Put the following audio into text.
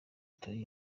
turi